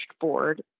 board